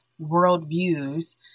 worldviews